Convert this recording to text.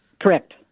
Correct